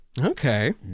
Okay